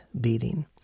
beating